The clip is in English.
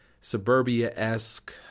suburbia-esque